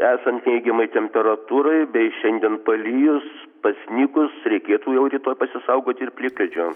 esant neigiamai temperatūrai bei šiandien palijus pasnigus reikėtų jau rytoj pasisaugoti ir plikledžio